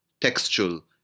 textual